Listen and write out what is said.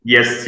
Yes